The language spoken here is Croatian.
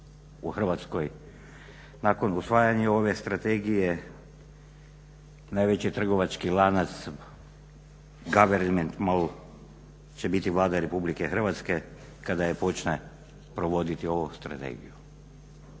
Nakon usvajanja ove strategije najveći trgovački lanac …/Govornik se ne razumije./… će biti Vlada Republike Hrvatske kada počne provoditi ovu strategiju